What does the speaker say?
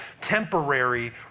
temporary